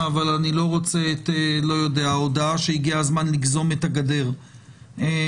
אבל אני לא רוצה הודעה שהגיע הזמן לגזום את הגדר בדיגיטל,